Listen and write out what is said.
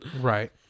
right